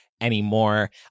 anymore